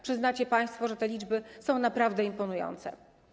Przyznacie państwo, że te liczby są naprawdę imponujące.